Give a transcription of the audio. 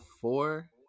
four